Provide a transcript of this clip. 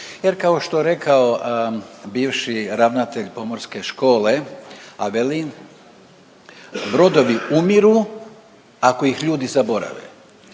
jer kao što bivši ravnatelj Pomorske škole Pavelin brodovi umiru ako ih ljudi zaborave,